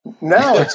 Now